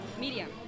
Medium